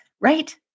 right